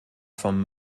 vom